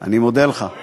אמרו לי שאתה נרגש.